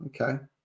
okay